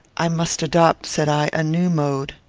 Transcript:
i must adopt, said i, a new mode.